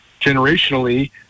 generationally